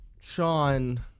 Sean